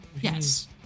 Yes